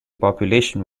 population